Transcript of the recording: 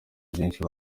byinshi